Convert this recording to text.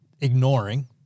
ignoring